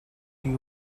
you